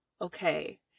okay